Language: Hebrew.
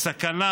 סכנה,